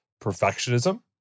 perfectionism